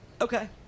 okay